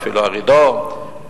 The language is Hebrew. אפילו ארידור,